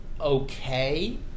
Okay